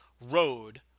road